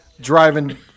driving